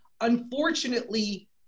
unfortunately